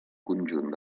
conjunt